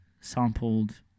Sampled